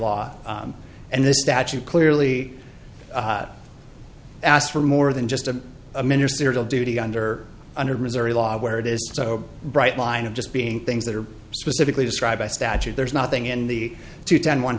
law and the statute clearly asked for more than just a a ministerial duty under under missouri law where it is so bright line of just being things that are specifically described by statute there's nothing in the two ten one